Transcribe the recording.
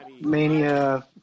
Mania